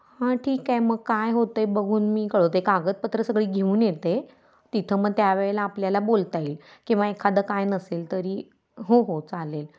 हां ठीक आहे मग काय होतं आहे बघून मी कळवते कागदपत्र सगळी घेऊन येते तिथं मग त्या वेळेला आपल्याला बोलता येईल किंवा एखादं काय नसेल तरी हो हो चालेल